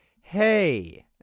Hey